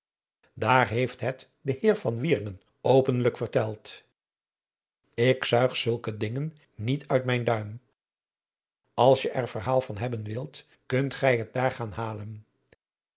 daar heeft het de heer van wieringen openlijk verteld ik zuig zulke dingen niet uit mijn duim als je er verhaal van hebben wilt kunt gij het daar gaan halen